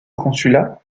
consulat